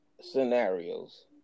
scenarios